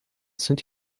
sind